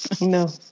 No